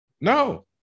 No